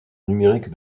numérique